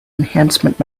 enhancement